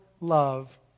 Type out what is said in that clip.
love